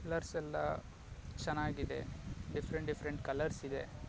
colours ಎಲ್ಲ ಚೆನ್ನಾಗಿದೆ different different colours ಇದೆ